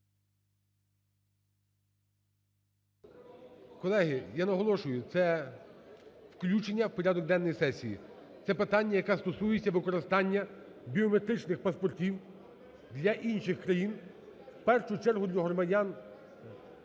Колеги, я наголошую, це включення у порядок денний сесії. Це питання, яке стосується використання біометричних паспортів для інших країн у першу чергу для громад…